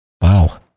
Wow